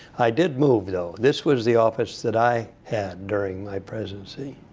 i did move, though. this was the office that i had during my presidency.